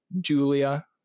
Julia